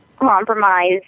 compromise